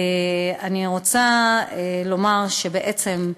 אני רוצה לומר שבעצם,